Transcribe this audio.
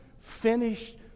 finished